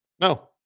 No